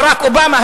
ברק אובמה,